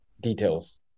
Details